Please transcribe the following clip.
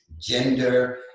gender